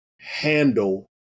handle